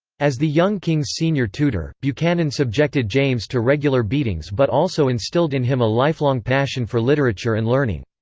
as the young king's senior tutor, buchanan subjected james to regular beatings but also instilled in him a lifelong passion for literature and learning.